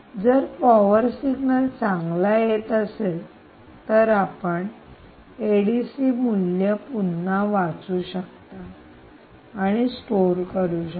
जर power signal चांगला येत असेल तर आपण एडीसी मूल्य पुन्हा वाचू शकता आणि स्टोअर करू शकता